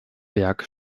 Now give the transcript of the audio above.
berg